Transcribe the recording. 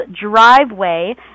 Driveway